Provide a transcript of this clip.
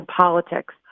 politics